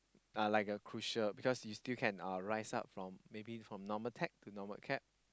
uh like a crucial because he still can uh rise up from maybe from normal tech to normal acad